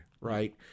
Right